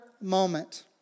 moment